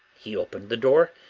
he opened the door,